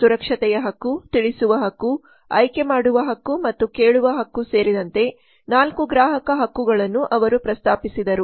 ಸುರಕ್ಷತೆಯ ಹಕ್ಕು ತಿಳಿಸುವ ಹಕ್ಕು ಆಯ್ಕೆ ಮಾಡುವ ಹಕ್ಕು ಮತ್ತು ಕೇಳುವ ಹಕ್ಕು ಸೇರಿದಂತೆ 4 ಗ್ರಾಹಕ ಹಕ್ಕುಗಳನ್ನು ಅವರು ಪ್ರಸ್ತಾಪಿಸಿದರು